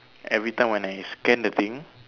every time when I scan the thing